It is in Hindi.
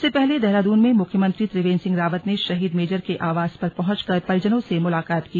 इससे पहले देहरादून में मुख्यमंत्री त्रिवेन्द्र सिंह रावत ने शहीद मेजर के आवास पर पहुंचकर परिजनों से मुलाकात की